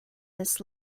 this